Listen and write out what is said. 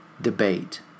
debate